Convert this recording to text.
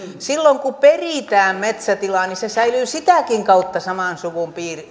silloin kun peritään metsätila niin se säilyy sitäkin kautta saman suvun